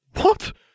What